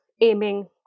aiming